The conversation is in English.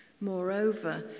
Moreover